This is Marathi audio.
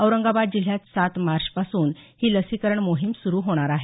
औरंगाबाद जिल्ह्यात सात मार्चपासून ही लसीकरण मोहीम सुरु होणार आहे